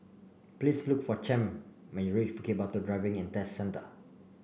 please look for Champ when you reach Bukit Batok Driving And Test Centre